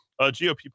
GOP